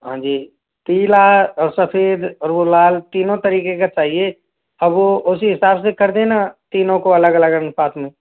हाँ जी पीला और सफेद और वह लाल तीनों तरीके का चाहिए अब उसी हिसाब से कर देना तीनों को अलग अलग अनुपात में